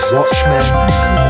Watchmen